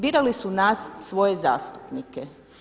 Birali su nas svoje zastupnike.